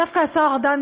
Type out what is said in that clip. דווקא השר ארדן,